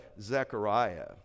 Zechariah